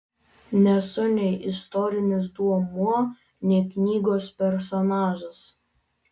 nesu nei istorinis duomuo nei knygos personažas